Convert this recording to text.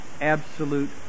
absolute